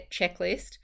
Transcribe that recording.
checklist